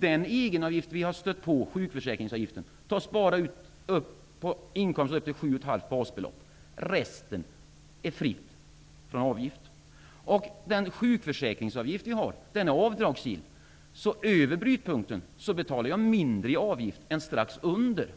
Den egenavgift vi har stött på -- sjukförsäkringsavgiften -- tas bara ut på inkomster upp till sju och ett halvt basbelopp. Resten är fritt från avgift. Den sjukförsäkringsavgift vi har är avdragsgill. Över brytpunkten betalar jag mindre i avgift än strax under.